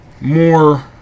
more